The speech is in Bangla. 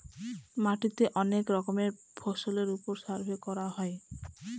মাটিতে অনেক রকমের ফসলের ওপর সার্ভে করা হয়